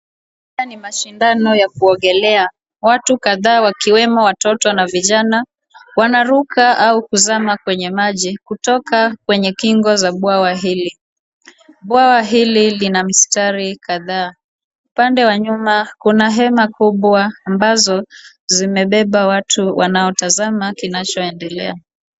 Haya ni mashindano ya kuogelea watu kadhaa wakiwemo watoto na vijana wanaruka au kuzama kwenye maji kutoka kwenye kingo za bwawa hili, Bwawa hili lina mistari kadhaa. Upande wa nyuma kuna hema kubwa ambazo zimebeba watu wanaotazama kinachoendelea.